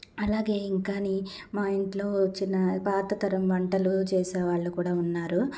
అలాగే ఇంకాని మా ఇంట్లో చిన్న పాతతరం వంటలు చేసే వాళ్ళు కూడా ఉన్నారు